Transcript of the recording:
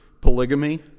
polygamy